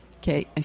okay